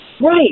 Right